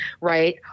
right